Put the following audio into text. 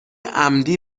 عمدی